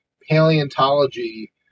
paleontology